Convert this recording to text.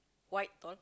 white tall